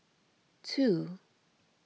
two